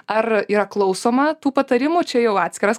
ar yra klausoma tų patarimų čia jau atskiras